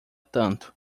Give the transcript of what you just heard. tanto